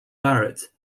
barrett